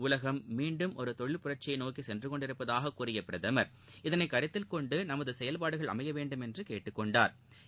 உலகம் மீண்டும் ஒரு தொழில் புரட்சியை நோக்கி சென்று கொண்டிருப்பதாகக் கூறிய பிரதமர் இதனை கருத்தில் கொண்டு நமது செயல்பாடுகள் அமைய வேண்டுமென்று கேட்டுக் கொண்டாா்